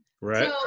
Right